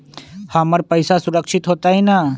हमर पईसा सुरक्षित होतई न?